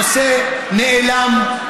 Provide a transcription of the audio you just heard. הנושא נעלם,